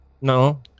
No